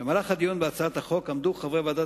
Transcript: במהלך הדיון בהצעת החוק עמדו חברי ועדת